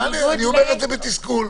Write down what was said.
אני אומר את זה בתסכול.